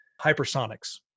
hypersonics